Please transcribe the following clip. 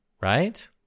right